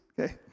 Okay